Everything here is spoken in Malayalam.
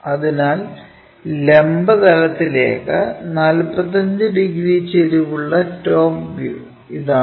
അതിനാൽ ലംബ തലത്തിലേക്ക് 45 ഡിഗ്രി ചെരിവുള്ള ടോപ്പ് വ്യൂ ഇതാണ്